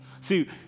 See